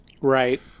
Right